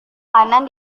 kanan